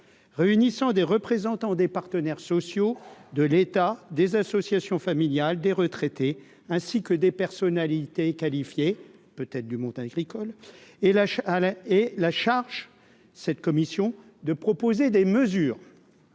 réunissant des représentants des partenaires sociaux de l'état des associations familiales, des retraités, ainsi que des personnalités qualifiées, peut être du monde agricole et l'achat et la charge cette commission de proposer des mesures,